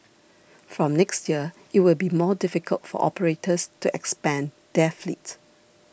from next year it will be more difficult for operators to expand their fleet